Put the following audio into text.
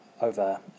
over